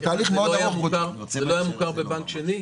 זה לא היה מוכר בבנק שני?